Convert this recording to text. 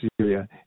Syria